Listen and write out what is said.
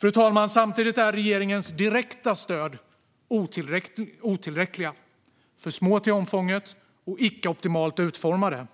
Fru talman! Samtidigt är regeringens direkta stöd otillräckliga. De är för små till omfånget och icke optimalt utformade.